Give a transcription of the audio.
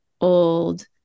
old